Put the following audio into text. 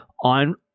on